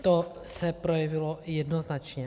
To se projevilo jednoznačně.